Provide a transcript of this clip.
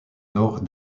nord